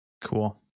Cool